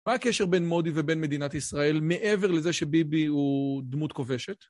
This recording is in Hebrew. מה הקשר בין מודי ובין מדינת ישראל מעבר לזה שביבי הוא דמות כובשת?